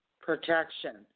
Protection